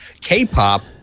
k-pop